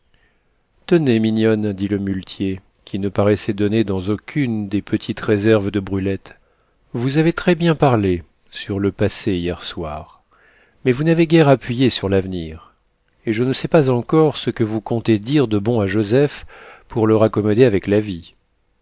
tenez mignonne dit le muletier qui ne paraissait donner dans aucune des petites réserves de brulette vous avez très-bien parlé sur le passé hier au soir mais vous n'avez guère appuyé sur l'avenir et je ne sais pas encore ce que vous comptez dire de bon à joseph pour le raccommoder avec la vie